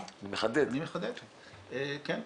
כן,